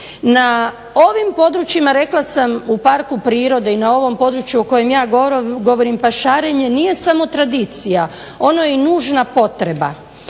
Na ovim područjima rekla sam u parku prirode i na ovom području o kojem ja govorim pašarenje nije samo tradicija, ono je i nužna potreba.